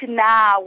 now